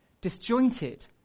disjointed